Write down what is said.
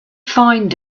find